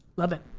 love it.